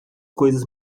coisas